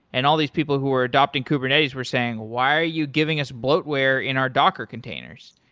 and all these people who are adopting kubernetes were saying, why are you giving us bloatware in our docker containers?